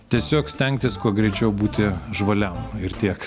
tiesiog stengtis kuo greičiau būti žvaliam ir tiek